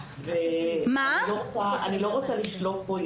ואני לא רוצה לשלוף פה,